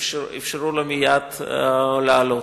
אפשרו לו מייד לעלות.